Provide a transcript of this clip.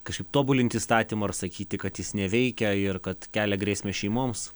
kažkaip tobulint įstatymą ar sakyti kad jis neveikia ir kad kelia grėsmę šeimoms